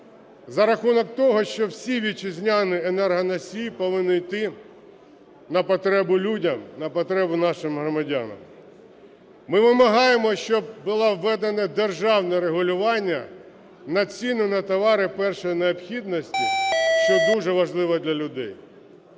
за рахунок того, що всі вітчизняні енергоносії повинні йти на потребу людям, на потребу нашим громадянам. Ми вимагаємо, щоб було введено державне регулювання на ціни на товари першої необхідності, що дуже важливо для людей.